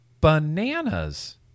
bananas